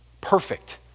perfect